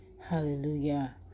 Hallelujah